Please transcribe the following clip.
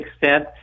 extent